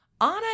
Anna